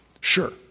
Sure